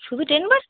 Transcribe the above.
শুধু ten percent